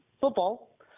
football